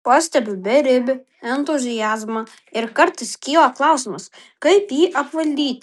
pastebiu beribį entuziazmą ir kartais kyla klausimas kaip jį apvaldyti